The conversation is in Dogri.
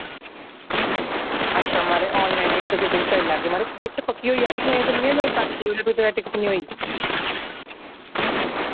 अच्छा माराज आनलाइन टिकट फिर तुसी करी लैगे माराज टिकट पक्की होई जागी एह् ते नि ऐ मैं पैसे देई ओड़े फ्ही तुसैं टिकट नि होई